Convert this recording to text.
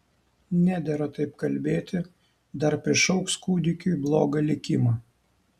nedera taip kalbėti dar prišauks kūdikiui blogą likimą